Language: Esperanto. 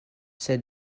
sed